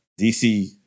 DC